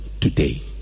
today